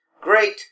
great